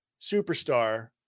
superstar